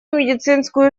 медицинскую